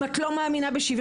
אם את לא מאמינה שוויון,